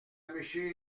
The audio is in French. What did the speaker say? monsieur